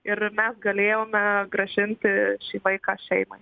ir mes galėjome grąžinti šį vaiką šeimai